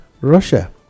Russia